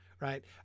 right